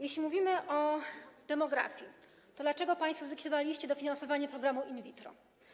Jeśli mówimy o demografii, to dlaczego państwo zlikwidowaliście dofinansowanie programu in vitro?